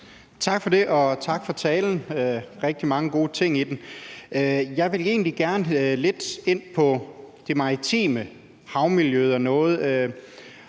Tak for det. Og tak for talen – der var rigtig mange gode ting i den. Jeg vil egentlig gerne lidt ind på det maritime, havmiljøet osv.